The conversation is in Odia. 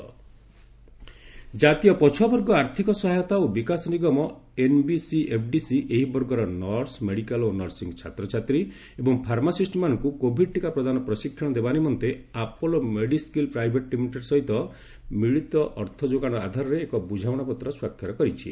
ଏନବିସିଏଫଡିସି ଏମଓୟୁ ଜାତୀୟ ପଛୁଆବର୍ଗ ଆର୍ଥକ ସହାୟତା ଓ ବିକାଶ ନିଗମ ଏନବିସିଏଫଡିସି ଏହି ବର୍ଗର ନର୍ସ ମେଡିକାଲ ଓ ନର୍ସିଂ ଛାତ୍ରଛାତ୍ରୀ ଏବଂ ଫର୍ମାସିଷ୍ଟମାନଙ୍କୁ କୋଭିଡ୍ ଟୀକା ପ୍ରଦାନ ପ୍ରଶିକ୍ଷଣ ଦେବା ନିମନ୍ତେ ଆପୋଲୋ ମେଡ୍ସ୍କିଲ୍ ପ୍ରାଇଭେଟ ଲିମିଟେଡ ସହିତ ମିଳିତ ଅର୍ଥ ଯୋଗାଣ ଆଧାରରେ ଏକ ବୁଝାମଣାପତ୍ର ସ୍ୱାକ୍ଷର କରିଛି